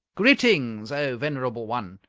greetings, o venerable one!